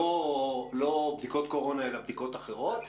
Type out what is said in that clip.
לא בדיקות קורונה אלא בדיקות אחרות,